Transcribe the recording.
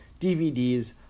DVDs